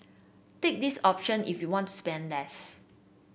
take this option if you want to spend less